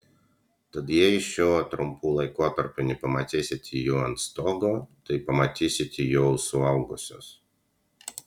tad jei šiuo trumpu laikotarpiu nepamatysite jų ant stogo tai pamatysite jau suaugusius